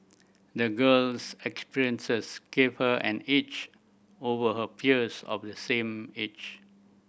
the girl's experiences gave her an edge over her peers of the same age